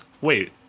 Wait